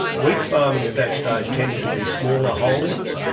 wheat farming at that stage tended to be smaller holdings,